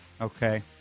okay